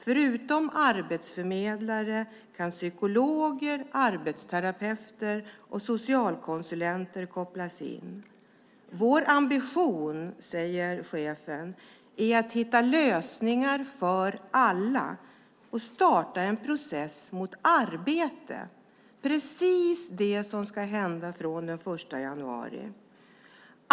Förutom arbetsförmedlare kan psykologer, arbetsterapeuter och socialkonsulenter kopplas in." "Vår ambition är att hitta lösningar för alla och starta en process mot arbete", säger chefen. Det är precis det som ska hända från den 1 januari.